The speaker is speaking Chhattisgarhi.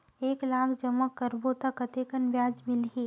एक लाख जमा करबो त कतेकन ब्याज मिलही?